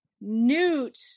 newt